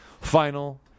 final